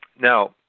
Now